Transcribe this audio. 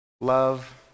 love